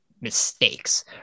mistakes